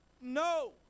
no